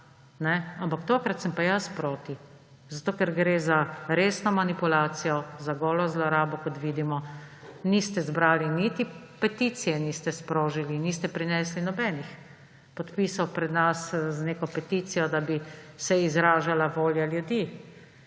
Ampak tokrat sem pa jaz proti, ker gre za resno manipulacijo, za golo zlorabo, kot vidimo. Niste zbrali, niti peticije niste sprožili, niste prinesli nobenih podpisov pred nas z neko peticijo, da bi se izražala volja ljudi.